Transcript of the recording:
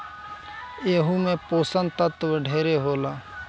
एहू मे पोषण तत्व ढेरे होला